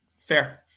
Fair